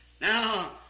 Now